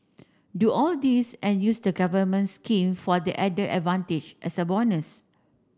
do all this and use the government scheme for the added advantage as a bonus